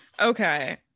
okay